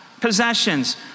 Possessions